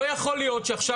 לא יכול להיות שעכשיו,